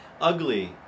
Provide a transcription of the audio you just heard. ugly